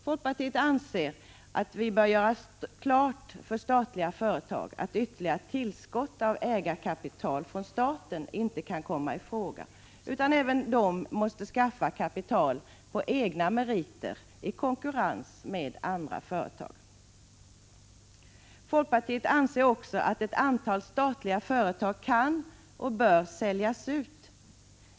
Folkpartiet anser att staten bör göra klart för statliga företag att ytterligare tillskott av statligt ägarkapital inte kan komma i fråga utan att även de måste skaffa kapital på egna meriter i konkurrens med andra företag. Folkpartiet anser också att ett antal statliga företag kan och bör säljas.